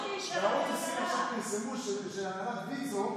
היושב-ראש, בערוץ 20 עכשיו פרסמו שהנהלת ויצ"ו,